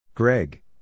Greg